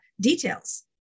details